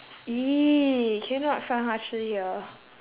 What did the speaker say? !ee! can you not